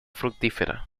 fructífera